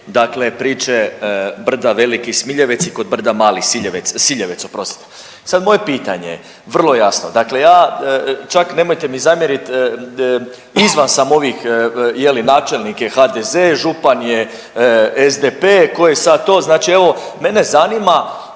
dakle priče brda Veliki Smiljevec i kod brda Mali Siljevec, Siljevec oprostite. Sad moje pitanje je vrlo jasno, dakle ja čak nemojte mi zamjerit izvan sam ovih je li načelnik je HDZ, župan je SDP, ko je sad to, znači evo mene zanima